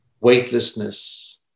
weightlessness